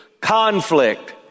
Conflict